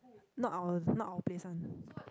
not out not our place [one]